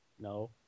No